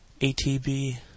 ATB